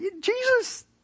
Jesus